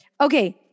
Okay